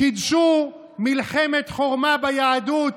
קידשו מלחמת חורמה ביהדות.